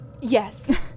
Yes